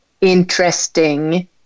interesting